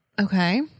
Okay